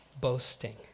boasting